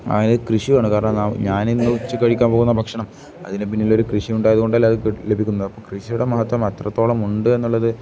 അതായത് കൃഷിയാണ് കാരണം ഞാൻ ഇന്ന് ഉച്ചയ്ക്ക് കഴിക്കാൻ പോകുന്ന ഭക്ഷണം അതിന് പിന്നിൽ ഒരു കൃഷി ഉണ്ടായതുകൊണ്ടല്ലേ അത് ലഭിക്കുന്നത് അപ്പം കൃഷിയുടെ മഹത്വം അത്രത്തോളം ഉണ്ട് എന്നുള്ളത്